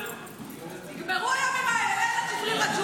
נגמרו הימים האלה, לך לג'יבריל